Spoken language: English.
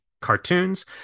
cartoons